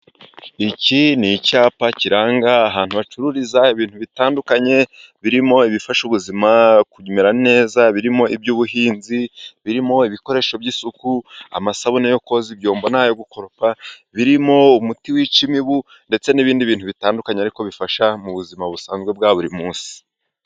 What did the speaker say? Iki ni icyapa kiranga ahantu hacururiza ibintu bitandukanye birimo ibifasha ubuzima kumera neza, birimo iby'ubuhinzi, birimo ibikoresho by'isuku amasabune yo koza ibyombo n'ayo gukoropa, birimo umuti wica imibu, ndetse n'ibindi bintu bitandukanye ariko bifasha mu buzima busanzwe bwa buri munsi.